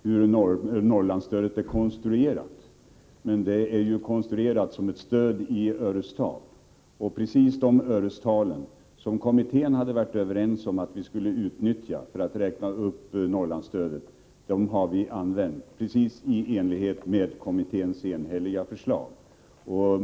Herr talman! Det är möjligt att Anders Dahlgren inte känner till hur Norrlandsstödet är konstruerat, men det är ju konstruerat som ett stöd i örestal, och precis det örestal som kommittén har varit överens om att vi skulle utnyttja för att räkna upp Norrlandsstödet, det har vi använt — precis i enlighet med kommitténs enhälliga förslag.